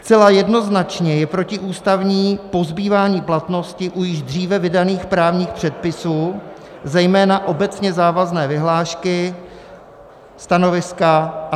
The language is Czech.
Zcela jednoznačně je protiústavní pozbývání platnosti u již dříve vydaných právních předpisů, zejména obecně závazné vyhlášky, stanoviska atp.